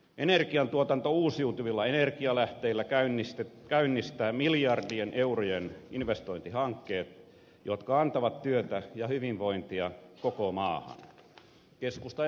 energiatuotanto uusiutuvilla energialähteillä käynnistää miljar dien eurojen investointihankkeet jotka antavat työtä ja hyvinvointia koko maahan